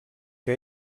que